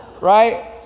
Right